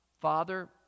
father